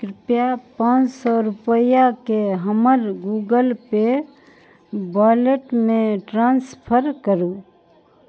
कृप्या पाॅंच सए रूपैआ के हमर गूगल पे वॉलेटमे ट्रांसफर करू